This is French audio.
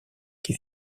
qui